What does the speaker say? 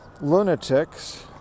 lunatics